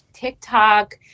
TikTok